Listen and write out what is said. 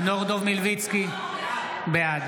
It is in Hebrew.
בעד